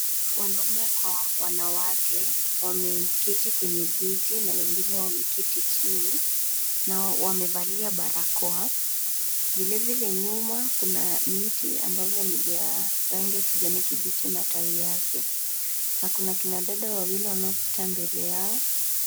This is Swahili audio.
Wanaume kwa wanawake wameketi kwenye viti na wengine wameketi chini na wamevalia barakoa. Vilevile nyuma kuna miti ambavyo ni vya rangi ya kijani kibichi matawi yake na kuna kina dada wawili wanaopita mbele yao.